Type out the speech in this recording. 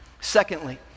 Secondly